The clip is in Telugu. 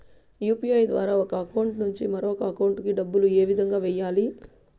యు.పి.ఐ ద్వారా ఒక అకౌంట్ నుంచి మరొక అకౌంట్ కి డబ్బులు ఏ విధంగా వెయ్యాలి